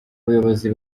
buyobozi